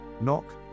Knock